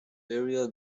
area